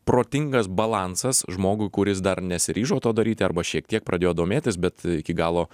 protingas balansas žmogui kuris dar nesiryžo to daryti arba šiek tiek pradėjo domėtis bet iki galo